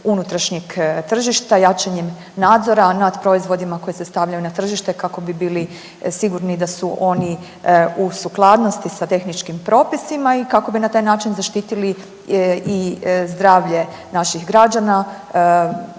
unutrašnjeg tržišta jačanjem nadzora nad proizvodima koji se stavljaju na tržište kako bi bili sigurni da su oni u sukladnosti sa tehničkim propisima i kako bi na taj način zaštitili i zdravlje naših građana,